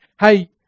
Hey